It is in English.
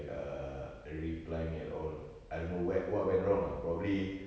err reply me at all I don't know whe~ what went wrong ah probably